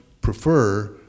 prefer